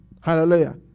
Hallelujah